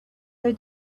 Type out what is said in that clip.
they